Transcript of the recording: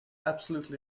absolutely